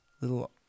little